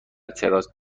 تراس